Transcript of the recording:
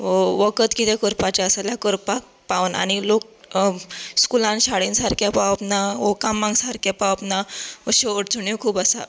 वखद कितें करपाचें आसत जाल्यार करपाक पावना आनी लोक स्कुलांत शाळेंत सारके पावप ना वा कामाक सारके पावप ना अश्यो अडचण्यो खूब आसात